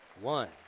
one